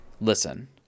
listen